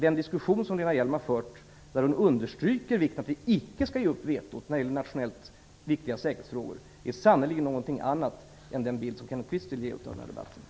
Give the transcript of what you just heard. Den diskussion som Lena Hjelm-Wallén har fört där hon understryker vikten av att vi icke skall ge upp vetot när det gäller nationellt viktiga säkerhetsfrågor är sannerligen något annat än den bild som Kenneth Kvist vill ge av den debatten.